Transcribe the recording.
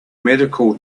medical